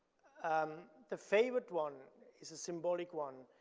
um the favorite one is a symbolic one.